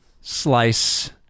slice